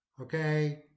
Okay